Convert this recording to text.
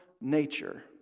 nature